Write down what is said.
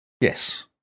Yes